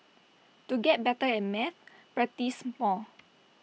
to get better at maths practise more